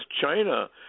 China